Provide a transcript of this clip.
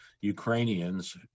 Ukrainians